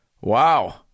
Wow